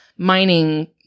Mining